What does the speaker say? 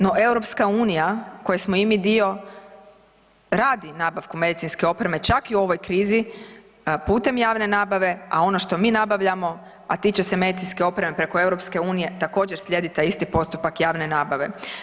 No, EU koje smo i mi dio radi nabavku medicinske opreme čak i u ovoj krizi putem javne nabave, a ono što mi nabavljamo, a tiče se medicinske opreme preko EU također slijedi taj isti postupak javne nabave.